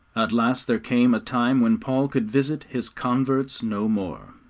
at last there came a time when paul could visit his converts no more.